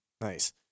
nice